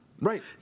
Right